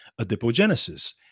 adipogenesis